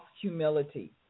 humility